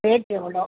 rate எவ்வளோ